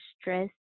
stress